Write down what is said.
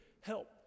help